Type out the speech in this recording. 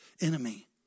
enemy